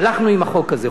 הלכנו עם החוק הזה,